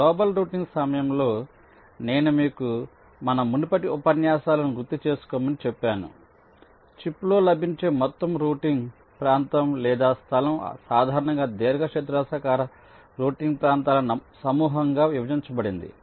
global routing సమయంలో నేను మీకు మన మునుపటి ఉపన్యాసాలను గుర్తు చేసుకోమని చెప్పాను చిప్లో లభించే మొత్తం రౌటింగ్ ప్రాంతం లేదా స్థలం సాధారణంగా దీర్ఘచతురస్రాకార రౌటింగ్ ప్రాంతాల సమూహంగా విభజించబడింది